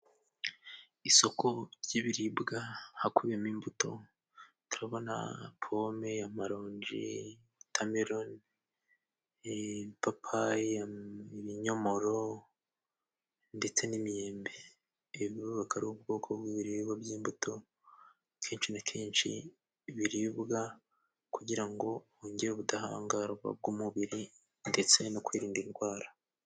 Isoko ry'ibiribwa hakubiyemo imbuto turabona; pome, na marongi, wotameloni, amapapayi, ibinyomoro, ndetse n'imyembe ibika ari ubwoko bw'ibiribwa by'imbuto kenshi na kenshi biribwa kugira ngo honge ubudahangarwa bw'umubiri ndetse no kwirinda indwara.